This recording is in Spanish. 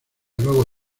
luego